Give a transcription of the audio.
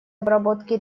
обработки